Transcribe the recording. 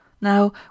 Now